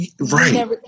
Right